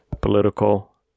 political